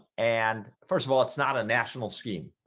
and first of all, it's not a national scheme,